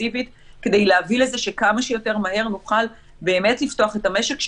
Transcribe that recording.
אינטנסיבית כדי להביא לזה שכמה שיותר מהר נוכל באמת לפתוח את המשק,